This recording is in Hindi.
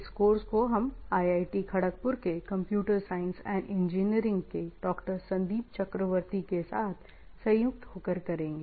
इस कोर्स को हम IIT खड़गपुर के कंप्यूटर साइंस एंड इंजीनियरिंग के डॉ Sandip Chakraborty Dr Sandip Chakraborty के साथ संयुक्त होकर करेंगे